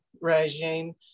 regime